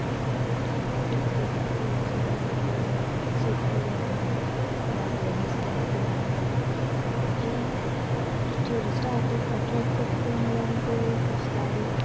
हय तेंच आमगेलें स्टेटा फुड अशें आमचें शीत कडी आनी भाजलें नुस्तें इतलें आमगेलें हे जें ट्युरिस्टां अटेक अट्रेक्ट करता तें म्हणल्यार आमची फिश थाली